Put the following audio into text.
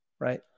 right